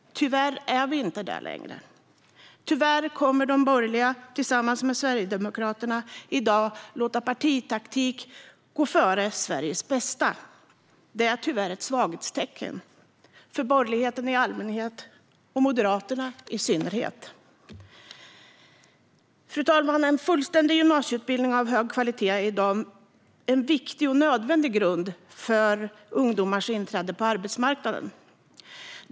Tyvärr är vi inte längre det. Tyvärr kommer de borgerliga tillsammans med Sverigedemokraterna i dag att låta partitaktik gå före Sveriges bästa. Detta är ett svaghetstecken - för borgerligheten i allmänhet och Moderaterna i synnerhet. Fru talman! En fullständig gymnasieutbildning av hög kvalitet är i dag en viktig och nödvändig grund för ungdomars inträde på arbetsmarknaden.